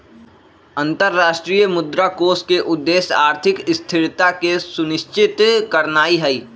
अंतरराष्ट्रीय मुद्रा कोष के उद्देश्य आर्थिक स्थिरता के सुनिश्चित करनाइ हइ